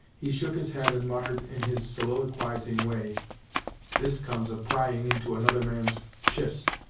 he shook his head and muttered in his soliloquizing way this comes of prying into another man's chist!